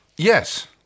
Yes